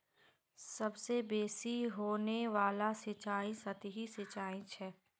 सबसे बेसि होने वाला सिंचाई सतही सिंचाई छ